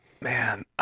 Man